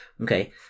Okay